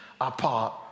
Apart